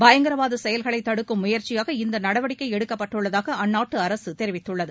பயங்கரவாத செயல்களை தடுக்கும் முயற்சியாக இந்த நடவடிக்கை எடுக்கப்பட்டுள்ளதாக அந்நாட்டு அரசு தெரிவித்துள்ளது